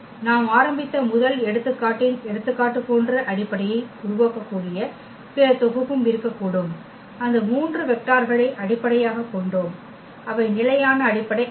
நாம் ஆரம்பித்த முதல் எடுத்துக்காட்டின் எடுத்துக்காட்டு போன்ற அடிப்படையை உருவாக்கக்கூடிய பிற தொகுப்பும் இருக்கக்கூடும் அந்த 3 வெக்டார்களை அடிப்படையாகக் கொண்டோம் அவை நிலையான அடிப்படை அல்ல